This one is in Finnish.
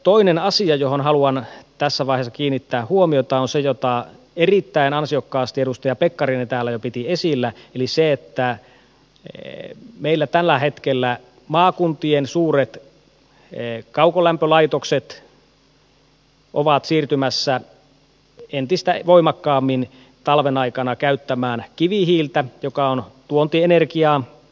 toinen asia johon haluan tässä vaiheessa kiinnittää huomiota on se jota erittäin ansiokkaasti edustaja pekkarinen täällä jo piti esillä että meillä ovat maakuntien suuret kaukolämpölaitokset siirtymässä tällä hetkellä talven aikana entistä voimakkaammin käyttämään kivihiiltä joka on tuontienergiaa